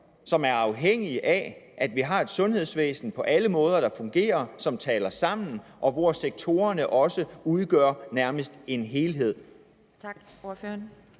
som er afhængige af, at vi har et sundhedsvæsen, der på alle måder fungerer, som taler sammen, og hvor sektorerne også nærmest udgør en helhed?